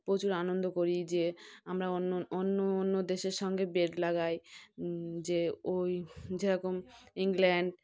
প্রচুর আনন্দ করি যে আমরা অন্য অন্য অন্য দেশের সঙ্গে বেট লাগাই যে ওই যেরকম ইংল্যান্ড